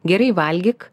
gerai valgyk